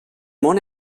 món